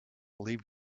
leave